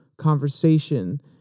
Conversation